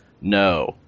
No